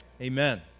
Amen